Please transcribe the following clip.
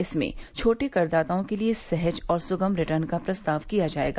इसमें छोटे करदाताओं के लिए सहज और सुगम रिटर्न का प्रस्ताव किया जायेगा